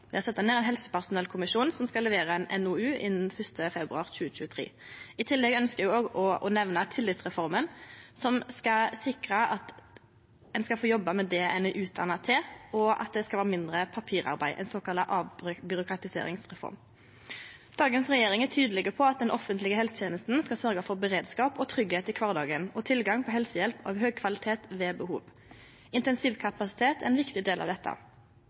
sett ned ein helsepersonellkommisjon som skal levere ei NOU innan 1. februar 2023. I tillegg ønskjer eg å nemne tillitsreforma, som skal sikre at ein skal få jobbe med det ein er utdanna til, og at det skal vere mindre papirarbeid – ein såkalla avbyråkratiseringsreform. Dagens regjering er tydeleg på at den offentlege helsetenesta skal sørgje for beredskap og tryggleik i kvardagen og tilgang på helsehjelp av høg kvalitet ved behov. Intensivkapasiteten er ein viktig del av dette.